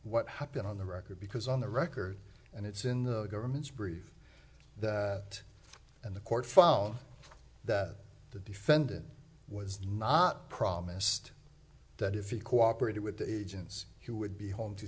what happened on the record because on the record and it's in the government's brief that and the court found that the defendant was not promised that if he cooperated with the agents he would be home to